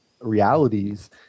realities